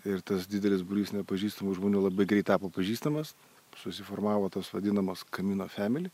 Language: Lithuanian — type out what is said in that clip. ir tas didelis būrys nepažįstamų žmonių labai greit tapo pažįstamas susiformavo tos vadinamos kamino family